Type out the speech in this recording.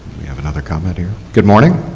have another comment here, good morning.